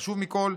והחשוב מכול,